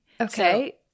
Okay